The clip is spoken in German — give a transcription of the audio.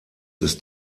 ist